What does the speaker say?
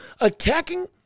attacking